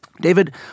David